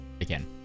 again